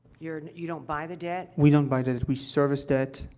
your and you don't buy the debt? we don't buy the we service debt,